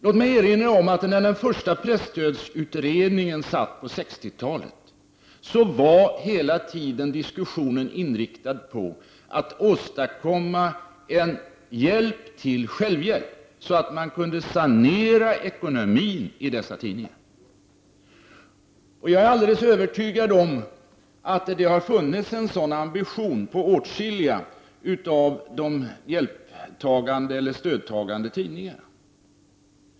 Låt mig erinra om att när den första presstödsutredningen satt på 60-talet var hela tiden diskussionen inriktad på att åstadkomma en hjälp till självhjälp, så att man kunde sanera ekonomin i tidningarna. Jag är alldeles övertygad om att det har funnits en sådan ambition på åtskilliga av de hjälptagande tidningarna.